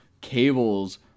Cable's